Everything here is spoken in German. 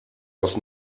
aus